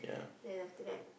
then after that